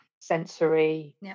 sensory